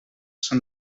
són